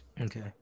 Okay